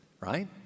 Right